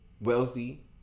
wealthy